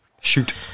Shoot